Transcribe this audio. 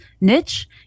niche